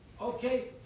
Okay